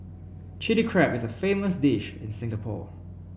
Chilli Crab is a famous dish in Singapore